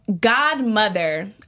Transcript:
godmother